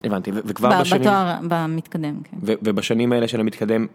הבנתי, וכבר... - ב... בתואר... במתקדם, כן. - ובשנים האלה של המתקדם...